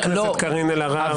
חברת הכנסת קארין אלהרר,